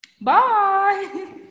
Bye